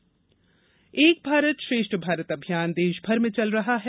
एक भारत श्रेष्ठ भारत एक भारत श्रेष्ठ भारत अभियान देश भर में चल रहा है